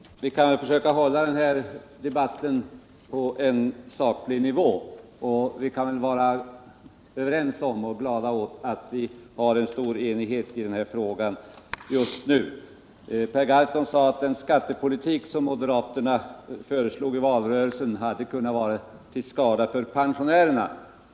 Nr 45 Herr talman! Vi kan väl försöka hålla den här debatten på en saklig Fredagen den nivå. Och vi kan väl vara överens om och glada åt att vi just nu har en stor 9 december 1977 enighet i den här frågan. ri R rg Sin Per Gahrton sade att den skattepolitik som moderaterna förespråkadei = Om pensionärernas valrörelsen hade kunnat vara till skada för pensionärerna.